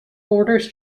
borders